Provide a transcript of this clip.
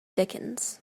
dickens